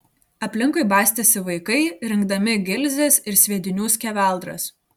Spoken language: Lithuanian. aplinkui bastėsi vaikai rinkdami gilzes ir sviedinių skeveldras